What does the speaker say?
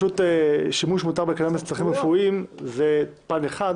שימוש מותר בקנביס לצרכים רפואיים זה פן אחד,